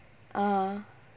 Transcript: (uh huh)